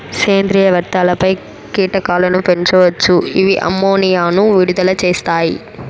సేంద్రీయ వ్యర్థాలపై కీటకాలను పెంచవచ్చు, ఇవి అమ్మోనియాను విడుదల చేస్తాయి